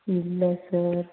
ಇಲ್ಲ ಸರ್